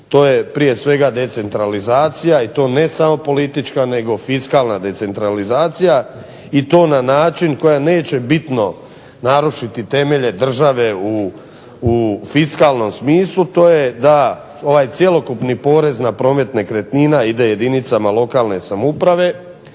to je prije svega decentralizacija i to ne samo politička, nego fiskalna decentralizacija i to na način koja neće bitno narušiti temelje države u fiskalnom smislu, to je da ovaj cjelokupni porez na promet nekretnina ide jedinicama lokalne samouprave,